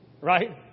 right